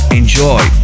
enjoy